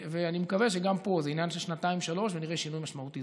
ואני מקווה שגם פה זה עניין של שנתיים-שלוש ונראה שינוי משמעותי.